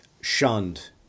shunned